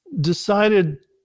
decided